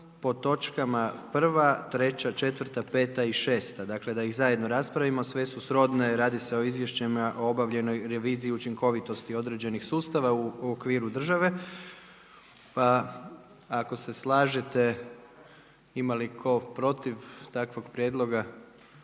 po točkama 1., 3., 4., 5. i 6. da ih zajedno raspravimo, sve su srodne. Radi se o izvješćima o obavljenoj reviziji učinkoviti određenih sustava u okviru države, pa ako se slažete. Ima li tko protiv takvog prijedloga?